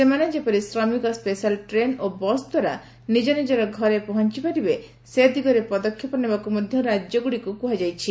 ସେମାନେ ଯେପରି Shramik special train ଓ ବସ୍ ଦ୍ୱାରା ନିଜ ନିଜର ଘରେ ପହଞ୍ଚପାରିବେ ସେ ଦିଗରେ ପଦକ୍ଷେପ ନେବାକୁ ମଧ୍ୟ ରାଜ୍ୟଗୁଡ଼ିକୁ କୁହାଯାଇଛି